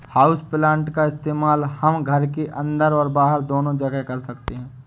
houseplant का इस्तेमाल हम घर के अंदर और बाहर दोनों जगह कर सकते हैं